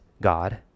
God